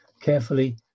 carefully